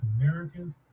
Americans